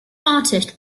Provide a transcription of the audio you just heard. artist